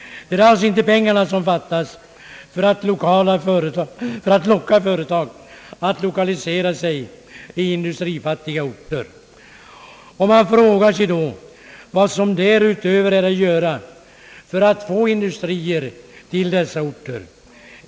Det är alltså inte pengarna som fattas för att locka företag att lokalisera sig i industrifattiga orter. Man frågar sig då vad som därutöver är att göra för att få industrier till dessa orter.